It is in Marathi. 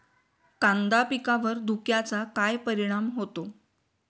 कांदा पिकावर धुक्याचा काय परिणाम होतो?